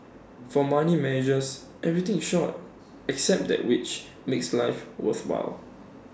for money measures everything in short except that which makes life worthwhile